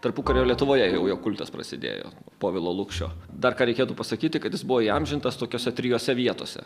tarpukario lietuvoje jau jo kultas prasidėjo povilo lukšio dar ką reikėtų pasakyti kad jis buvo įamžintas tokiose trijose vietose